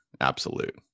absolute